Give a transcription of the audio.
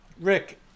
Rick